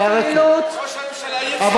ראש הממשלה דיבר, חבר הכנסת ברכה.